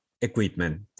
equipment